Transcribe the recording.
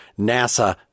NASA